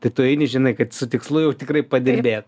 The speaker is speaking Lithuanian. tai tu eini žinai kad su tikslu jau tikrai padirbė